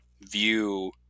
view